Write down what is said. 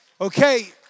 Okay